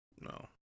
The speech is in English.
No